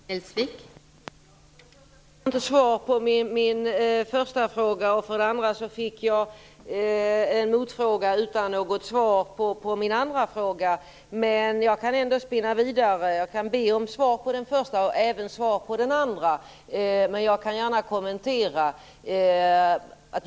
Fru talman! För det första fick jag inget svar på min första fråga, och för det andra fick jag en motfråga utan något svar på min andra fråga. Men jag kan spinna vidare och be om svar på min första och andra fråga.